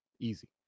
Easy